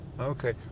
Okay